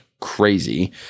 crazy